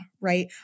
right